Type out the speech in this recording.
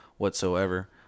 whatsoever